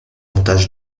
montage